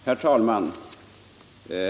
Herr talman!